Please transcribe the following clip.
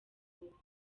bakobwa